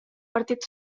partit